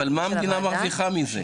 אבל מה המדינה מרוויחה מזה?